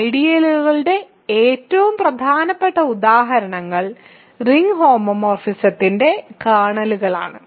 ഐഡിയലുകളുടെ ഏറ്റവും പ്രധാനപ്പെട്ട ഉദാഹരണങ്ങൾ റിംഗ് ഹോമോമോർഫിസത്തിന്റെ കേർണലുകളാണ്